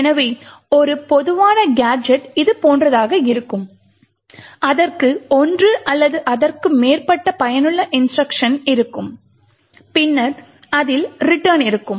எனவே ஒரு பொதுவான கேஜெட் இதுபோன்றதாக இருக்கும் அதற்கு ஒன்று அல்லது அதற்கு மேற்பட்ட பயனுள்ள இன்ஸ்ட்ருக்ஷன் இருக்கும் பின்னர் அதில் return இருக்கும்